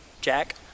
Jack